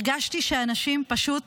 הרגשתי שאנשים פשוט